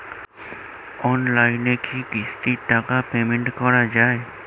অনলাইনে কি কিস্তির টাকা পেমেন্ট করা যায়?